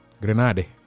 Grenade